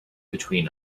between